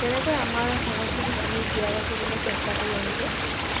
তেনেকৈ আমাৰ সংস্কৃতিক আমি জীয়াই ৰাখিবলৈ চেষ্টা কৰি আহিছোঁ